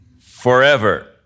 forever